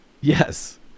Yes